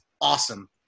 awesome